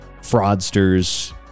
fraudsters